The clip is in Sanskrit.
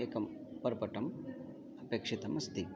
एकं पर्पटम् अपेक्षितम् अस्ति